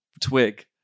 twig